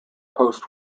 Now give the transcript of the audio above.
post